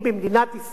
המייצגת